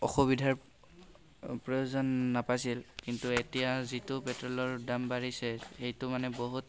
অসুবিধাৰ প্ৰয়োজন নাপাইছিল কিন্তু এতিয়া যিটো পেট্ৰ'লৰ দাম বাঢ়িছে সেইটো মানে বহুত